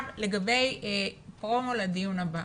לגבי פרומו לדיון הבא.